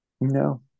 No